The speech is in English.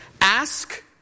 Ask